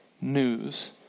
news